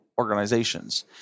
organizations